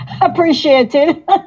appreciated